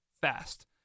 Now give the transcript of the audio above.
fast